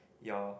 your